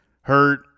hurt